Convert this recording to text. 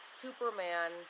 superman